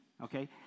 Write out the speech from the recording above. Okay